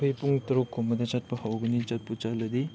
ꯑꯩꯈꯣꯏ ꯄꯨꯡ ꯇꯔꯨꯛꯀꯨꯝꯕꯗ ꯆꯠꯄ ꯍꯧꯒꯅꯤ ꯆꯠꯄꯨ ꯆꯠꯂꯗꯤ